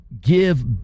give